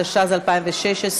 התשע"ז 2016,